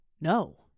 No